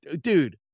dude